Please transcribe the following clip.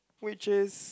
which is